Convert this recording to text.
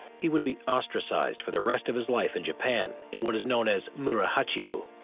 he would be ostracized for the rest of his life in japan in what is known as mura hachibu,